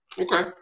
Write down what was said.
Okay